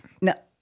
No